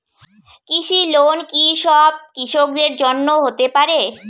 কৃষি লোন কি সব কৃষকদের জন্য হতে পারে?